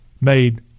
made